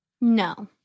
No